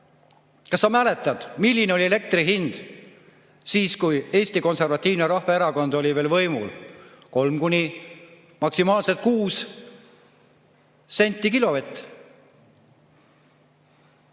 kas sa mäletad, milline oli elektri hind siis, kui Eesti Konservatiivne Rahvaerakond oli võimul. Kolm kuni maksimaalselt kuus senti kilovati